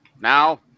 Now